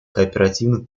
кооперативных